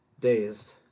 Dazed